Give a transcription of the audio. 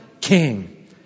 King